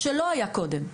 זה לא היה קודם.